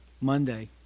Monday